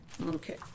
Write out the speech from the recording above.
Okay